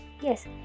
Yes